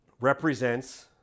represents